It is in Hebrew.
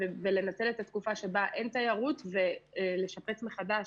ולנצל את התקופה שבה אין תיירות ולשפץ מחדש